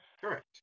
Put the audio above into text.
Correct